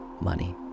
money